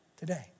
today